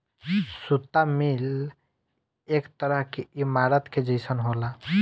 सुता मिल एक तरह के ईमारत के जइसन होला